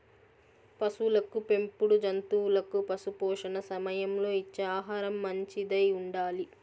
పసులకు పెంపుడు జంతువులకు పశుపోషణ సమయంలో ఇచ్చే ఆహారం మంచిదై ఉండాలి